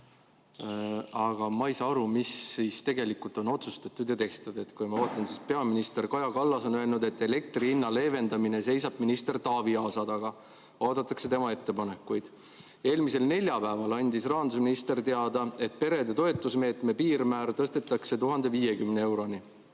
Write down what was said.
Aga ma ei saa aru, mida siis tegelikult on otsustatud ja tehtud. Ma vaatan, et peaminister Kaja Kallas on öelnud, et elektri hinna leevendamine seisab minister Taavi Aasa taga, oodatakse tema ettepanekuid. Eelmisel neljapäeval andis rahandusminister teada, et perede toetusmeetme piirmäär tõstetakse 1050 euroni.